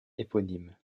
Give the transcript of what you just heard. éponyme